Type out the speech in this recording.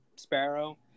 sparrow